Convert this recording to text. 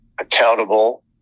accountable